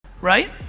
right